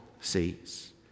sees